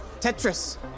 tetris